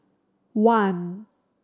one